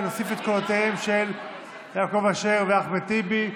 אני מוסיף את קולותיהם של יעקב אשר ואחמד טיבי.